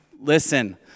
listen